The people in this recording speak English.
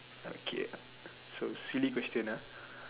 okay so silly question ah